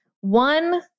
One